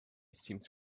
seems